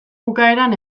bukaeran